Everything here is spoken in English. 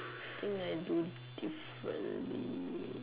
I think I do differently